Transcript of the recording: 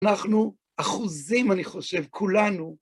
אנחנו, אחוזים, אני חושב, כולנו,